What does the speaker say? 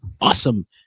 awesome